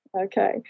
Okay